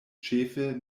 ĉefe